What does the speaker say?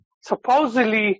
supposedly